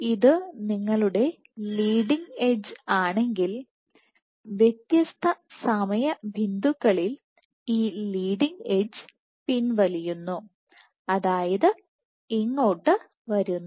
ഇത് നിങ്ങളുടെ leading edge ആണെങ്കിൽ വ്യത്യസ്ത സമയ ബിന്ദുക്കളിൽ ഈ ലീഡിങ് എഡ്ജ് പിൻവലിയുന്നു അതായത് ഇങ്ങോട്ട് വരുന്നു